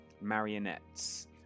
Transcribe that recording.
marionettes